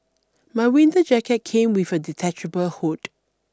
my winter jacket came with a detachable hood